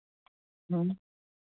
ᱦᱮᱸ